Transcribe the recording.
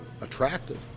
attractive